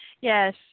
Yes